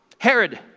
Herod